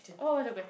what was the que~